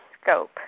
scope